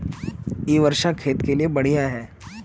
इ वर्षा खेत के लिए बढ़िया है?